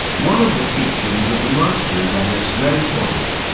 one of the teachings of the master is on this very point.